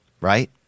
right